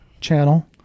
channel